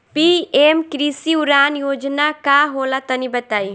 PM कृषि उड़ान योजना का होला तनि बताई?